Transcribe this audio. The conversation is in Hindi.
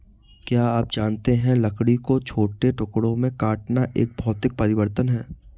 क्या आप जानते है लकड़ी को छोटे टुकड़ों में काटना एक भौतिक परिवर्तन है?